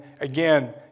again